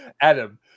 adam